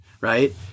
Right